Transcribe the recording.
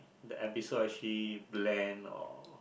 the episode actually blend or